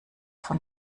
von